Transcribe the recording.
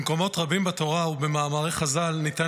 במקומות רבים בתורה ובמאמרי חז"ל ניתן